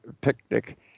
picnic